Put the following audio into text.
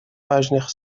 важных